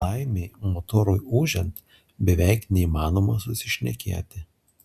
laimei motorui ūžiant beveik neįmanoma susišnekėti